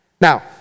Now